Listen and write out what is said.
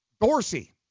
Dorsey